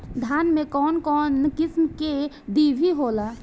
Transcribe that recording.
धान में कउन कउन किस्म के डिभी होला?